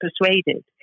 persuaded